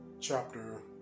chapter